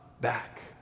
back